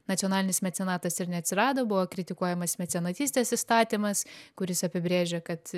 nacionalinis mecenatas ir neatsirado buvo kritikuojamas mecenatystės įstatymas kuris apibrėžia kad